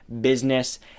business